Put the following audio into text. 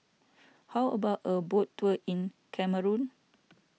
how about a boat tour in Cameroon